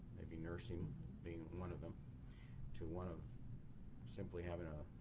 maybe nursing being one of them to one of simply having a